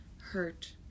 hurt